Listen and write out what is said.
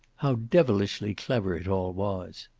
how devilishly clever it all was.